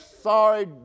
sorry